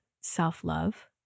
self-love